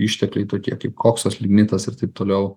ištekliai tokie kaip koksas lignitas ir taip toliau